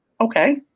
okay